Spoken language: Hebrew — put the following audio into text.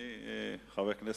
אדוני היושב-ראש,